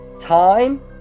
time